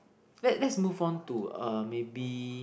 let let move on to uh maybe